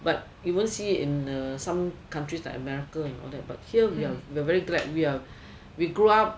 but you won't see in some countries like america and all that but here we are very glad where we grew up